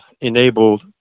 enabled